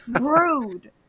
Rude